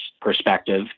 perspective